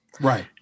right